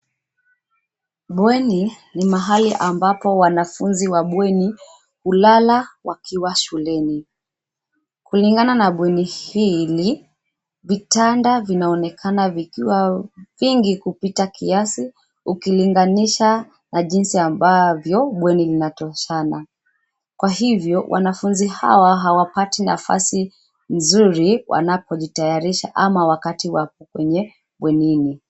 Bweni, ni mahali ambapo wanafunzi wa bweni, hulala, wakiwa shuleni, kulingana na bweni hili, vitanda vinaonekana vikiwa, vingi kupita kiasi, ukilinganisha, na jinsi ambavyo bweni linatoshana, kwa hivyo wanafunzi hawa hawapati nafasi nzuri, wanapojitayarisha ama wakati wako kwenye, bwenini.